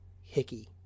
Hickey